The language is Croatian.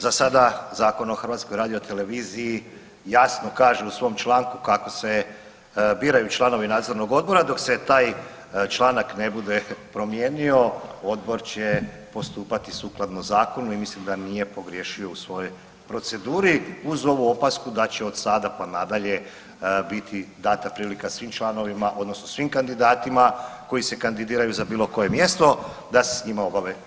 Za sada Zakon o HRT-u jasno kaže u svom članku kako se biraju članovi Nadzornog odbora, dok se taj članak ne bude promijenio, Odbor će postupati sukladno Zakonu i mislim da nije pogriješio u svojoj proceduri, uz ovu opasku da će od sada pa nadalje biti data prilika svim članovima, odnosno svim kandidatima koji se kandidiraju za bilo koje mjesto, da se s njima obave intervjui.